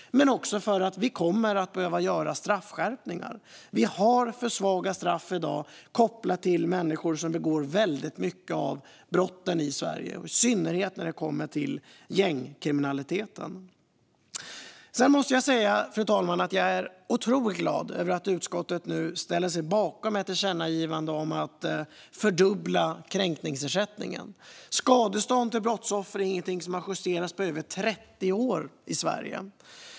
Vi kommer att behöva göra straffskärpningar. Vi har i dag för svaga straff kopplat till människor som begår väldigt många av brotten i Sverige och i synnerhet när det kommer till gängkriminaliteten. Sedan, fru talman, måste jag säga att jag är otroligt glad över att utskottet nu ställer sig bakom ett tillkännagivande om att fördubbla kränkningsersättningen. Skadestånd till brottsoffer har inte justerats på över 30 år i Sverige.